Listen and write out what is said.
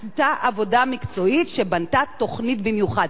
עשו עבודה מקצועית שבנתה תוכנית במיוחד.